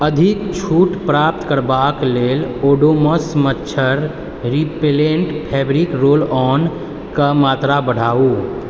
अधिक छूट प्राप्त करबाक लेल ओडोमॉस मच्छर रिपेलैन्ट फैब्रिक रोलऑनके मात्रा बढ़ाउ